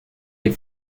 les